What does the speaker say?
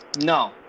no